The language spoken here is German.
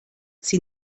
sie